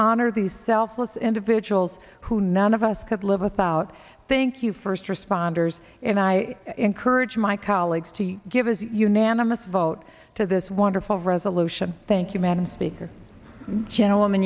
honor these selfless individuals who none of us could live without thank you first responders and i encourage my colleagues to give as unanimous vote to this wonderful resolution thank you madam speaker